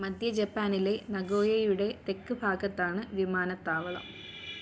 മധ്യ ജപ്പാനിലെ നഗോയയുടെ തെക്ക് ഭാഗത്താണ് വിമാനത്താവളം